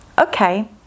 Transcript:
okay